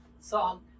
song